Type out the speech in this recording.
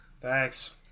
Thanks